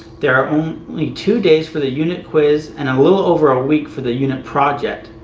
there are only two days for the unit quiz, and a little over a week for the unit project.